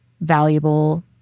valuable